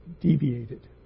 deviated